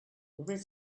there